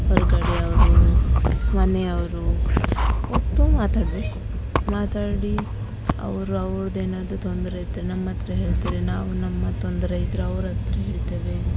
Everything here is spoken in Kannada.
ಹೊರಗಡೆಯವ್ರು ಮನೆಯವರು ಒಟ್ಟು ಮಾತಾಡಬೇಕು ಮಾತಾಡಿ ಅವರು ಅವ್ರದೆನಾದ್ರು ತೊಂದರೆಯಿದ್ರೆ ನಮ್ಮಹತ್ರ ಹೇಳ್ತಾರೆ ನಾವು ನಮ್ಮ ತೊಂದರೆಯಿದ್ರೆ ಅವ್ರಹತ್ರ ಹೇಳ್ತೆವೆ